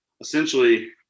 essentially